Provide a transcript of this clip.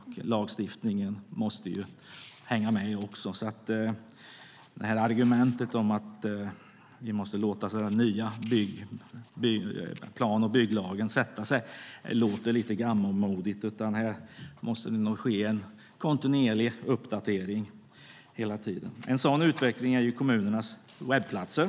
Lagstiftningen måste hänga med. Argumentet om att låta den nya plan och bygglagen sätta sig låter lite gammalmodigt. Här måste ske en kontinuerlig uppdatering. En sådan utveckling gäller kommunernas webbplatser.